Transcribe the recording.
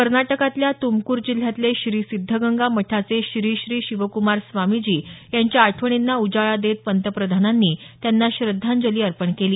कर्नाटकातल्या तुमकुर जिल्ह्यातले श्री सिद्धगंगा मठाचे श्री श्री शिवकुमार स्वामीजी यांच्या आठवणींना उजाळा देत पंतप्रधानांनी त्यांना श्रद्धांजली अर्पण केली